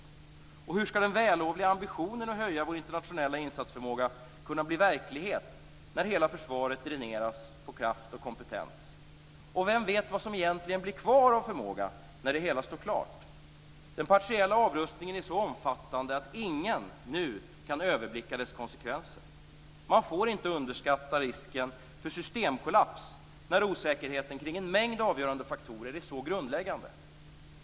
Och hur skall den vällovliga ambitionen att höja vår internationella insatsförmåga kunna bli verklighet när hela försvaret dräneras på kraft och kompetens? Vem vet vad som egentligen blir kvar av denna förmåga när det hela står klart? Den partiella avrustningen är så omfattande att ingen nu kan överblicka dess konsekvenser. Man får inte underskatta risken för systemkollaps när osäkerheten kring en mängd avgörande faktorer är så grundläggande.